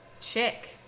chick